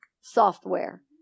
software